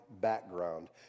background